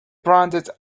branded